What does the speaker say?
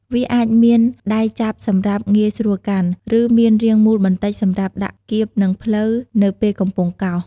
វាអាចមានដៃចាប់សម្រាប់ងាយស្រួលកាន់ ឬមានរាងមូលបន្តិចសម្រាប់ដាក់គៀបនឹងភ្លៅនៅពេលកំពុងកោស។